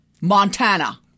Montana